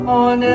on